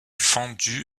fendu